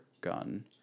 gun